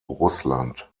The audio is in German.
russland